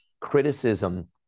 criticism